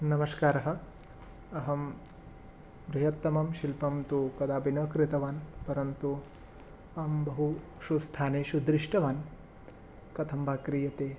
नमस्कारः अहं बृहत्तमं शिल्पं तु कदापि न कृतवान् परन्तु अं बहुषु स्थानेषु दृष्टवान् कथं वा क्रियते